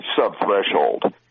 sub-threshold